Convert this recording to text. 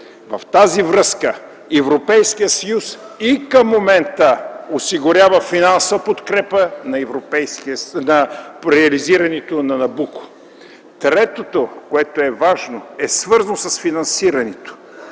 В тази връзка Европейският съюз и към момента осигурява финансова подкрепа за реализирането на „Набуко”. Третото, което е важно, е свързано с финансирането.